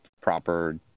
proper